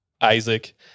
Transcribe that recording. Isaac